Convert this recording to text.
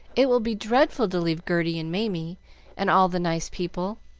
it will be dreadful to leave gerty and mamie and all the nice people.